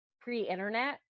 pre-internet